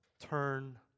Turn